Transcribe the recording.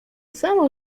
samo